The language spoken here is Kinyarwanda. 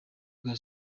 bwa